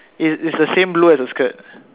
is is the same blue as the skirt